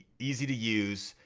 easy to use,